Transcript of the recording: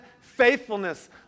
faithfulness